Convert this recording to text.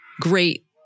great